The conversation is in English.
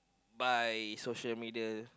by social media